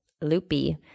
loopy